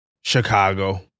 Chicago